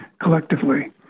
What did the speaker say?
collectively